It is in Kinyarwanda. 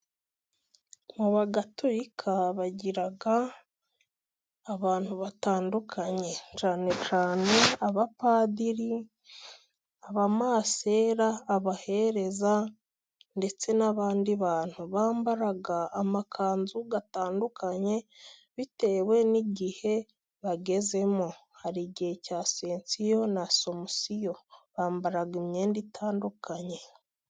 Mu bagatulika bagira abantu batandukanye cyane cyane abapadiri, abamasera ,abahereza ndetse n'abandi bantu bambara amakanzu atandukanye ,bitewe n'igihe bagezemo. Hari igihe cya Sensiyo na Somusiyo bambara imyenda itandukanye.